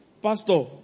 Pastor